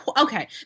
okay